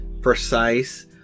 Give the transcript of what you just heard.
precise